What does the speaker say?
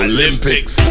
Olympics